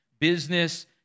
business